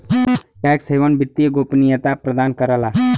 tax haven वित्तीय गोपनीयता प्रदान करला